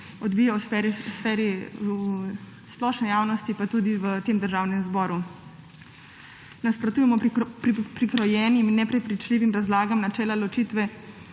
odvija v sferi splošne javnosti, pa tudi v Državnem zboru. Nasprotujemo prikrojenim in neprepričljivim razlagam načela ločitve